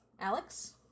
alex